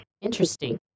interesting